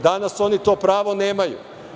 Danas oni to pravo nemaju.